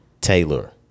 Taylor